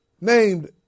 named